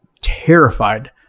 terrified